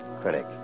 critic